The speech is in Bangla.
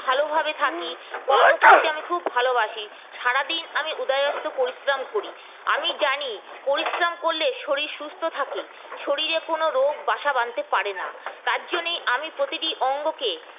ভালোভাবে থাকি কর্ম করতে আমি খুব ভালবাসি সারাদিন আমি উদয়াস্ত পরিশ্রম করি আমি জানি পরিশ্রম করলে শরীর সুস্থ থাকে শরীরে কোন রোগ বাসা বাঁধতে পারে না তার জন্যই আমি প্রতিটি অঙ্গকে